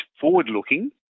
forward-looking